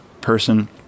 person